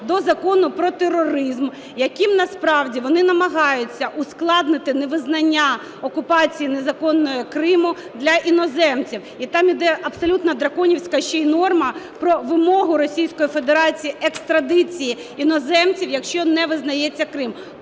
до Закону про тероризм, яким насправді вони намагаються ускладнити невизнання окупації незаконної Криму для іноземців. І там йде абсолютно драконівська ще й норма про вимогу Російської Федерації екстрадиції іноземців, якщо не визнається Крим.